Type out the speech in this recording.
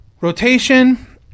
rotation